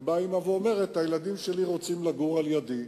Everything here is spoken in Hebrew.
ובאה האמא ואומרת: הילדים שלי רוצים לגור לידי.